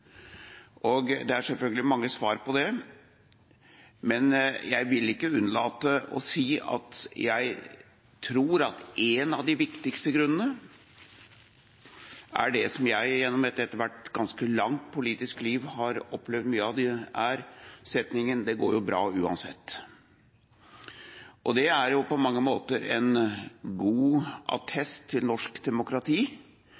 selvfølgelig mange svar på det, men jeg vil ikke unnlate å si at jeg tror at én av de viktigste grunnene er det som jeg gjennom et etter hvert ganske langt politisk liv har opplevd mye av, nemlig setningen «Det går jo bra uansett». Det er på mange måter en god